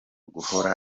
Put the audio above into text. guhora